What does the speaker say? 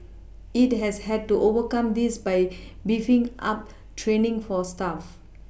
it has had to overcome this by beefing up training for staff